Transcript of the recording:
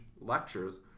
lectures